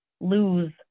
lose